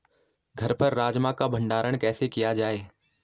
घर पर राजमा का भण्डारण कैसे किया जाय?